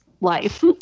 life